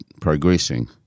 progressing